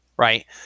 Right